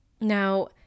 Now